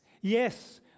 Yes